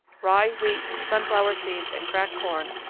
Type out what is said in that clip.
rye, wheat, sunflower seeds, and cracked corn,